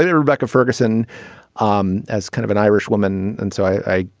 and rebecca ferguson um as kind of an irish woman. and so i.